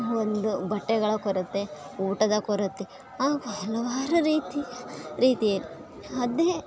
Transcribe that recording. ಒಂದು ಬಟ್ಟೆಗಳ ಕೊರತೆ ಊಟದ ಕೊರತೆ ಹಾಗು ಹಲವಾರು ರೀತಿಯ ರೀತಿಯ ಅದೇ